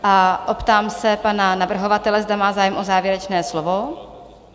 A optám se pana navrhovatele, zda má zájem o závěrečné slovo?